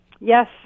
Yes